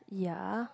ya